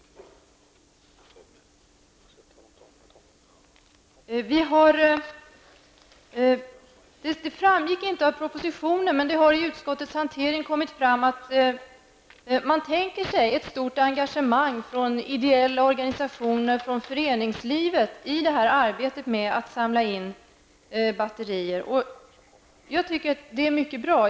Det framgick inte av propositionen, men det kom fram vid utskottsbehandlingen att man tänker sig ett stort engagemang från ideella organisationer, från föreningslivet, i arbetet med att samla in batterier. Jag tycker att det är mycket bra.